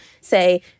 say